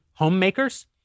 Homemakers